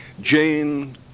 Jane